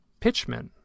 pitchman